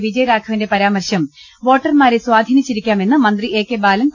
വിജയരാഘവന്റെ പരാമർശം വോട്ടർമാരെ സ്വാധീനി ച്ചിരി ക്കാ മെന്ന് മന്തി ബാലൻ എ